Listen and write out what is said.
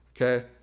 okay